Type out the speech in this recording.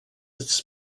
its